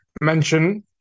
mention